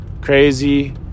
crazy